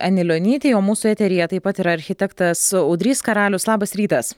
anilionytei o mūsų eteryje taip pat yra architektas audrys karalius labas rytas